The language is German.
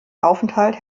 aufenthalt